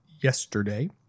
yesterday